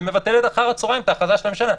ואחר הצוהריים היא מבטלת את ההחלטה של הממשלה.